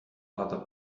other